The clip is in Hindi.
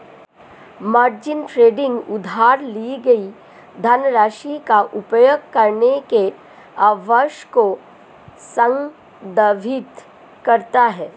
मार्जिन ट्रेडिंग उधार ली गई धनराशि का उपयोग करने के अभ्यास को संदर्भित करता है